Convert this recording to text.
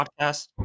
podcast